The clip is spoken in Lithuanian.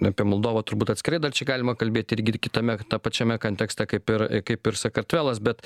apie moldovą turbūt atskirai dar čia galima kalbėt irgi ir kitame ta pačiame kontekste kaip ir kaip ir sakartvelas bet